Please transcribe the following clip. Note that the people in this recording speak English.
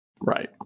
Right